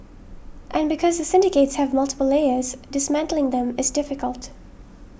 and because the syndicates have multiple layers dismantling them is difficult